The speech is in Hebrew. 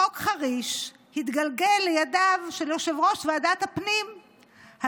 חוק חריש התגלגל לידיו של יושב-ראש ועדת הפנים,